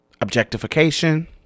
objectification